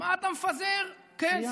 מה אתה מפזר, סיימת?